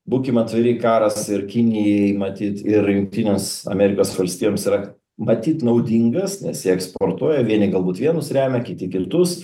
būkim atviri karas ir kinijai matyt ir jungtinėms amerikos valstijoms yra matyt naudingas nes jie eksportuoja vieni galbūt vienus remia kiti kitus